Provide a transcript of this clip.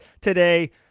today